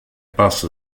passa